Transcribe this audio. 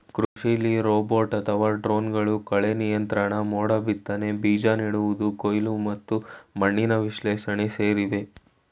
ಕೃಷಿಲಿ ರೋಬೋಟ್ ಅಥವಾ ಡ್ರೋನ್ಗಳು ಕಳೆನಿಯಂತ್ರಣ ಮೋಡಬಿತ್ತನೆ ಬೀಜ ನೆಡುವುದು ಕೊಯ್ಲು ಮತ್ತು ಮಣ್ಣಿನ ವಿಶ್ಲೇಷಣೆ ಸೇರಿವೆ